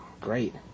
great